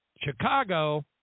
Chicago